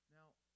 Now